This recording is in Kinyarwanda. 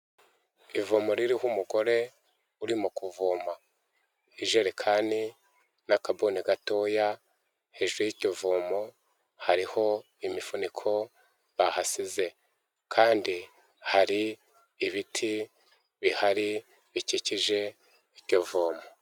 Ivomo ririho umugore urimo kuvoma, ijerekani n'akabuni gatoya, hejuru y'iryo vomo hariho imifuniko bahasize, kandi hari ibiti bihari bikikije iryo vomo.